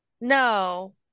No